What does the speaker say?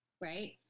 Right